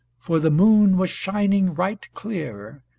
for the moon was shining right clear,